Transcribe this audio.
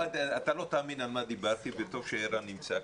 אתה לא תאמין על מה דיברתי, וטוב שערן נמצא כאן.